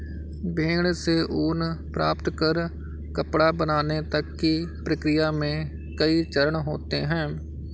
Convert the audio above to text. भेड़ से ऊन प्राप्त कर कपड़ा बनाने तक की प्रक्रिया में कई चरण होते हैं